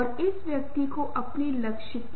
प्रत्येक संस्कृति को अपना कोड मिला है